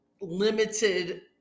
limited